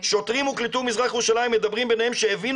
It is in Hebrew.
שוטרים הוקלטו במזרח ירושלים מדברים ביניהם שהבינו